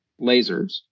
lasers